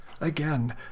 Again